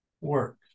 work